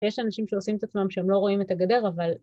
‫יש אנשים שעושים את עצמם ‫שהם לא רואים את הגדר, אבל...